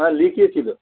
হ্যাঁ লিখিয়েছিলো